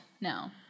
now